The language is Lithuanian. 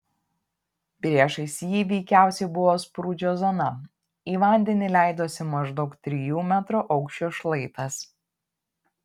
priešais jį veikiausiai buvo sprūdžio zona į vandenį leidosi maždaug trijų metrų aukščio šlaitas